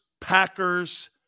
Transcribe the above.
Packers